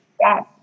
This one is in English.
Yes